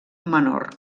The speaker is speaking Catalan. menor